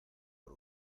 por